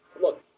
Look